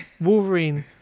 Wolverine